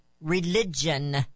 religion